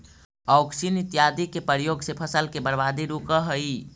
auxin इत्यादि के प्रयोग से फसल के बर्बादी रुकऽ हई